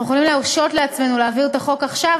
אנחנו יכולים להרשות לעצמנו להעביר את החוק עכשיו,